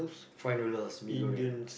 fried noodles mee-goreng